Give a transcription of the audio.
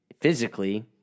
physically